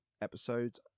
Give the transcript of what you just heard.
episodes